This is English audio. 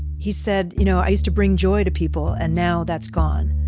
he said, you know, i used to bring joy to people. and now, that's gone.